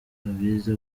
abize